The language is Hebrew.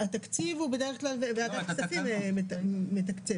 בדרך כלל ועדת כספים מתקצבת.